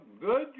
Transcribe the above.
good